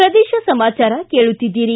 ಪ್ರದೇಶ ಸಮಾಚಾರ ಕೇಳುತ್ತಿದ್ದೀರಿ